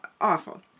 awful